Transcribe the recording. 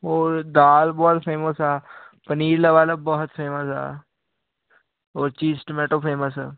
ਔਰ ਦਾਲ ਬਹੁਤ ਫੇਮਸ ਆ ਪਨੀਰ ਲਗਾ ਲੋ ਬਹੁਤ ਫੇਮਸ ਆ ਔਰ ਚੀਜ਼ ਟਮਾਟੋ ਬਹੁਤ ਫੇਮਸ ਆ